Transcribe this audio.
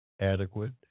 adequate